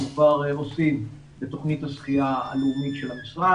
כבר עושים בתוכנית השחייה הלאומית של המשרד.